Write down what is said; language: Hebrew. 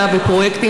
תמיכתו.